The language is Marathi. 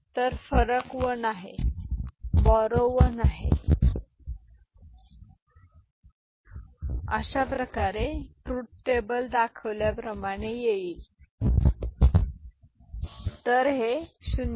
तर फरक 1 आहे आणि बोरो 1 आहे 1 0 हे 1 आहे कोणतेही बोरो घेण्याची आवश्यकता नाही 1 1 हे 0 0 आहे